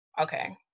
Okay